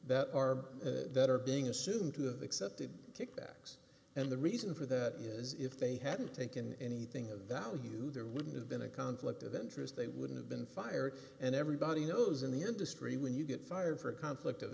that are that are being assumed to set the kickbacks and the reason for that is if they hadn't taken anything of value there wouldn't have been a conflict of interest they wouldn't have been fired and everybody knows in the industry when you get fired for a conflict of